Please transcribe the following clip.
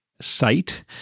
site